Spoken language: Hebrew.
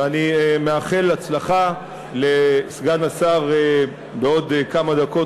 ואני מאחל הצלחה לסגן השר בעוד כמה דקות,